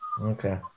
Okay